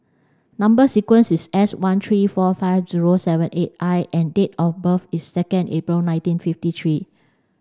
number sequence is S one three four five zero seven eight I and date of birth is second April nineteen fifty three